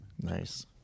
Nice